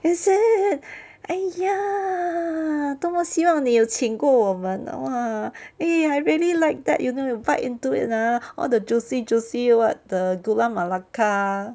is it !aiya! 多么希望你有请过我们 !wah! eh I really like that you know you bite into it ah all the juicy juicy what the gula-melaka